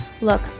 Look